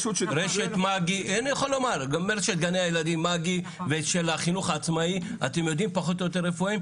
רשת גני הילדים מג"י והחינוך העצמאי אתם יודעים פחות או יותר איפה הם,